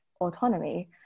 autonomy